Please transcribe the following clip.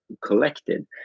collected